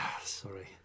Sorry